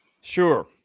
Sure